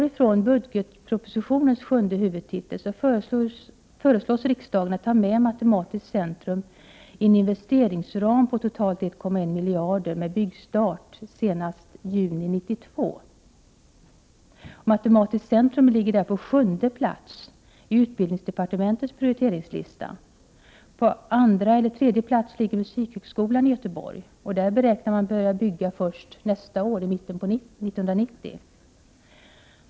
I budgetpropositionens sjunde huvudtitel föreslås riksdagen att ta med matematiskt centrumi en investeringsram på totalt 1,1 miljarder med byggstart senast juni 1992. Matematiskt centrum ligger på sjunde plats i utbildningsdepartementets prioriteringslista. På andra eller tredje plats ligger musikhögskolan i Göteborg, och där beräknar man börja bygga först i mitten av nästa år.